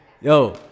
Yo